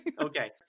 Okay